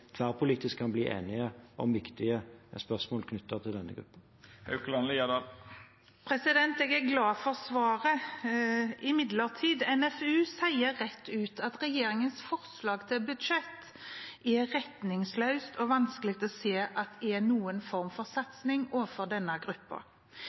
tverrpolitisk kan bli enige om viktige spørsmål knyttet til denne gruppen. Jeg er glad for svaret. Imidlertid sier NFU rett ut at regjeringens forslag til budsjett er retningsløst, og at det er vanskelig å se noen form for satsing overfor denne gruppen. Tilbakemeldinger vi får, er